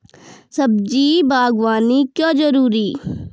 सब्जी बागवानी क्यो जरूरी?